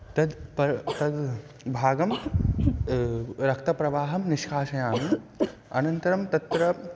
तद् परं तद् भागं रक्तप्रवाहं निष्कासयामि अनन्तरं तत्र